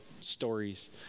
stories